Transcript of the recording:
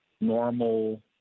normal